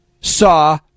saw